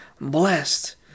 Blessed